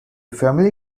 family